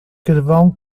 carvão